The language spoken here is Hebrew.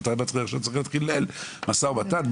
ואתה, מה צריך עכשיו להתחיל משא ומתן?